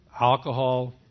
alcohol